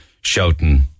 shouting